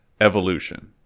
evolution